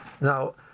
Now